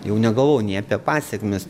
jau negalvojau nei apie pasekmes